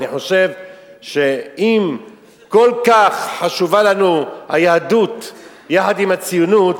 אני חושב שאם כל כך חשובה לנו היהדות יחד עם הציונות,